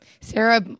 Sarah